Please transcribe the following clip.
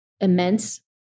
immense